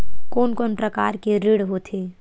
कोन कोन प्रकार के ऋण होथे?